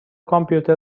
کامپیوتر